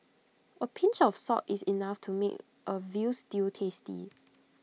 A pinch of salt is enough to make A Veal Stew tasty